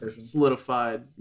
solidified